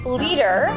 leader